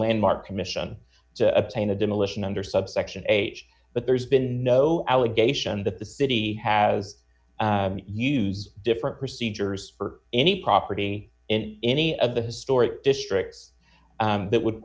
landmark commission to obtain a demolition under subsection eight but there's been no allegation that the city has used different procedures for any property in any of the historic districts that would